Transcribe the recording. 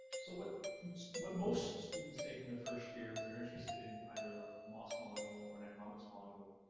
so what what most students take in their first year if they're interested in either mos module or an economics module,